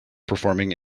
performing